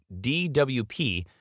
DWP